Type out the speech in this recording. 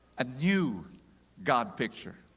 a new god picture